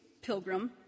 Pilgrim